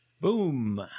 Boom